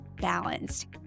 balanced